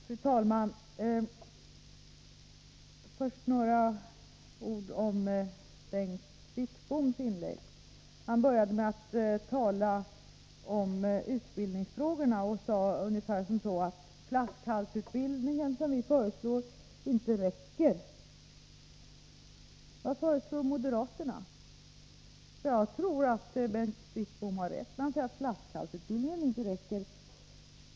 Fru talman! Först några ord om Bengt Wittboms inlägg. Han började med att tala om utbildningsfrågorna och sade något i stil med att flaskhalsutbildningen som vi föreslår inte räcker. Vad föreslår moderaterna? Jag tror att Bengt Wittbom har rätt när han säger att flaskhalsutbildningen inte räcker.